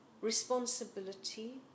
responsibility